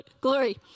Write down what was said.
Glory